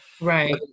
Right